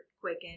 Quicken